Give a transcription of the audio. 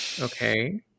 Okay